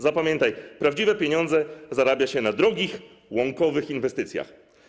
Zapamiętaj: prawdziwe pieniądze zarabia się na drogich, łąkowych inwestycjach.